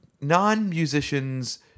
non-musicians